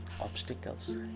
obstacles